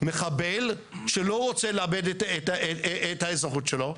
מחבל שלא רוצה לאבד את האזרחות שלו,